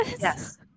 Yes